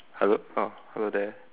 hello oh hello there